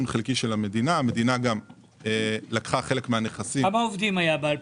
כ-500 מהם מועסקים במועצה תפן, בה יש מפעל